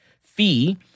fee